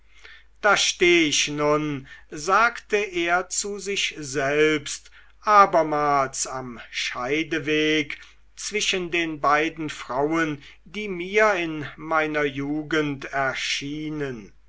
da steh ich nun sagte er zu sich selbst abermals am scheidewege zwischen den beiden frauen die mir in meiner jugend erschienen